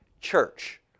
Church